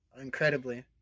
incredibly